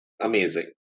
amazing